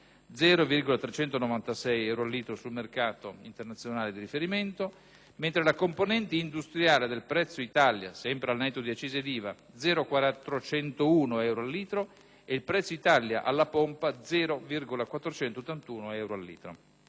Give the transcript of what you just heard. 0,396 euro a litro sul mercato internazionale di riferimento, mentre la componente industriale del prezzo Italia (al netto di accise ed IVA) 0,401 euro al litro e il prezzo Italia alla pompa 0,481 euro a litro.